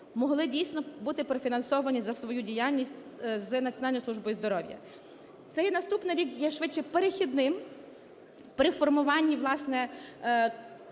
могли дійсно бути профінансовані за свою діяльність Національною службою здоров'я. Цей і наступний рік є швидше перехідним при формуванні,